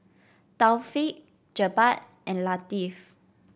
Taufik Jebat and Latif